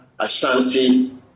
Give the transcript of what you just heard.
Ashanti